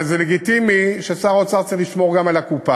אבל זה לגיטימי ששר אוצר צריך לשמור גם על הקופה.